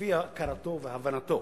לפי הכרתו והבנתו,